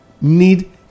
need